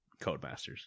Codemasters